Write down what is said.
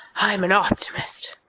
i'm an optimist.